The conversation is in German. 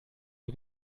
die